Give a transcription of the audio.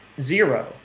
zero